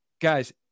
guys